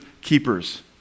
keepers